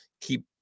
keep